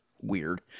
weird